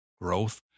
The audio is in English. growth